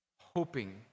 hoping